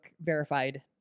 verified